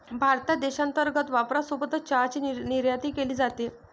भारतात देशांतर्गत वापरासोबत चहाची निर्यातही केली जाते